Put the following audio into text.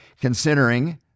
considering